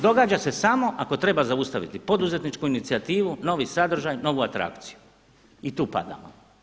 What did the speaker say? Događa se samo ako treba zaustaviti poduzetničku inicijativu, novi sadržaj, novu atrakciju i tu padamo.